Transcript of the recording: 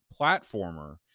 platformer